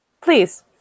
Please